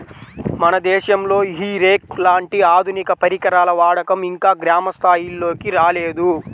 మన దేశంలో ఈ హే రేక్ లాంటి ఆధునిక పరికరాల వాడకం ఇంకా గ్రామ స్థాయిల్లోకి రాలేదు